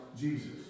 Jesus